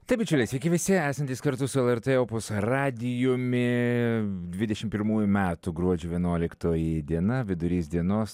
taip bičiuliai sveiki visi esantys kartu su lrt opus radijumi dvidešim pirmųjų metų gruodžio vienuoliktoji diena vidurys dienos